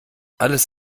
alles